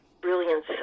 brilliance